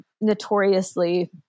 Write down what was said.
notoriously